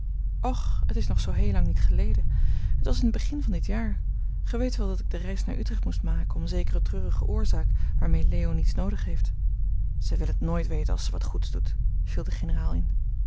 och t is nog zoo heel lang niet geleden het was in het begin van dit jaar gij weet wel dat ik de reis naar utrecht moest maken om zekere treurige oorzaak waarmee leo niets noodig heeft zij wil t nooit weten als zij wat goeds doet viel de generaal in